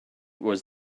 was